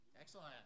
Excellent